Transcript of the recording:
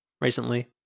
recently